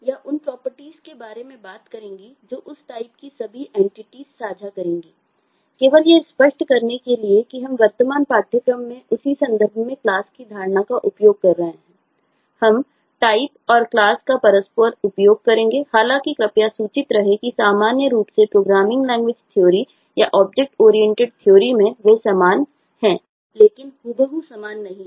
यह उन प्रॉपर्टीज में वे समान हैं लेकिन हुबहू समान नहीं हैं